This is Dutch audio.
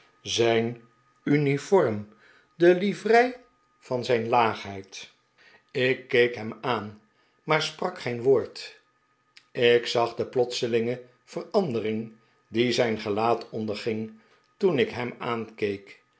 zijn uniform de livrei van zijn de pickwick club laagheid ik keek hem aan maar sprak geen woord ik zag de plotselinge verandering die zijn gelaat onderging toen ik hem